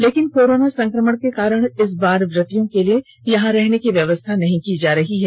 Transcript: लेकिन कोरोना संक्रमण के कारण इसे बार व्रतियों के लिए यहां रहने की व्यवस्था नहीं की जा रही है